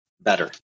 better